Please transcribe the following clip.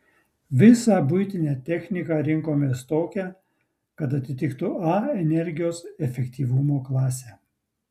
visą buitinę techniką rinkomės tokią kad atitiktų a energijos efektyvumo klasę